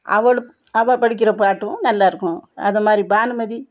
அவளுக்கு அவள் படிக்கிற பாட்டும் நல்லா இருக்கும் அந்த மாதிரி பானுமதி